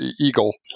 eagle